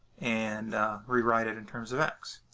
and rewrite it in terms of x.